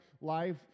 life